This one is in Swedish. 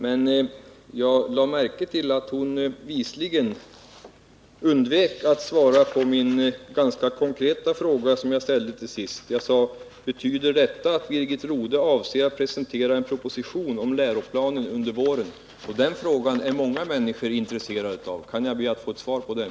Men jag lade märke till att hon bevisligen undvek att svara på min ganska konkreta fråga: Betyder detta att Birgit Rodhe avser att presentera en proposition om läroplanen under våren? Den frågan är många människor intresserade av. Kan jag få ett svar på den?